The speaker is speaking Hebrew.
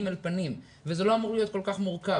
אל פנים וזה לא אמור להיות כל כך מורכב.